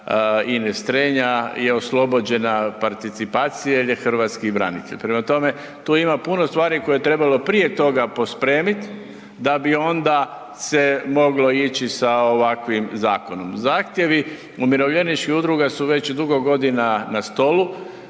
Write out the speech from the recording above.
Ines Strenja je oslobođena participacije jer je hrvatski branitelj. Prema tome, tu ima puno stvari koje je trebalo prije toga pospremit da bi onda se moglo ići sa ovakvim zakonom. Zahtjevi umirovljeničkih udruga su već dugi godina na stolu